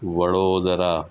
Vadodara